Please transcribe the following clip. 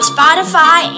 Spotify